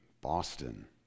Boston